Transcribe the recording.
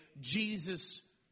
Jesus